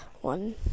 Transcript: one